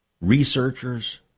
researchers